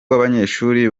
w’abanyeshuri